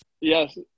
Yes